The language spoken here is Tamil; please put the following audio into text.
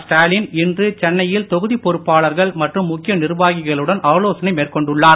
ஸ்டாலின் இன்று சென்னையில் தொகுதிப் பொறுப்பாளர்கள் மற்றும் முக்கிய நிர்வாகிகளுடன் ஆலோசனை மேற்கொண்டுள்ளார்